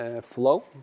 flow